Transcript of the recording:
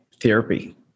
therapy